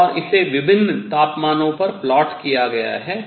और इसे विभिन्न तापमानों पर प्लॉट किया गया है